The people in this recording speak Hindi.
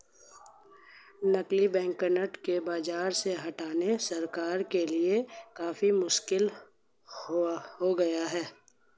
नकली बैंकनोट को बाज़ार से हटाना सरकारों के लिए काफी मुश्किल हो गया है